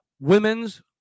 Women's